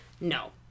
No